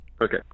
okay